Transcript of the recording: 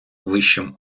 вищим